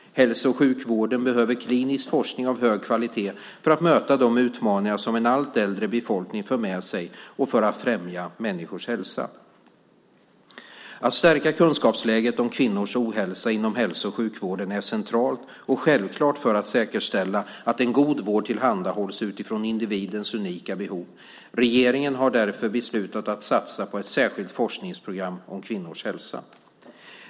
Hälso och sjukvården behöver klinisk forskning av hög kvalitet för att möta de utmaningar som en allt äldre befolkning för med sig och för att främja människors hälsa. Att stärka kunskapsläget om kvinnors ohälsa inom hälso och sjukvården är centralt och självklart för att säkerställa att en god vård tillhandahålls utifrån individens unika behov. Regeringen har därför beslutat att satsa på ett särskilt forskningsprogram om kvinnors hälsa.